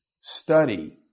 study